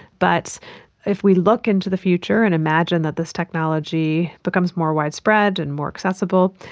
but if we look into the future and imagine that this technology becomes more widespread and more accessible,